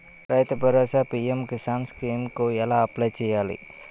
రైతు Bharosa PM Kisan scheme కు ఎలా అప్లయ్ చేయాలి?